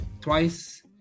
twice